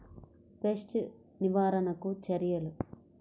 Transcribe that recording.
Pest నివారణకు చర్యలు?